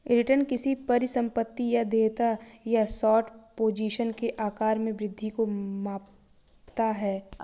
return किसी परिसंपत्ति या देयता या शॉर्ट पोजीशन के आकार में वृद्धि को मापता है